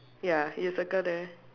ya you circle there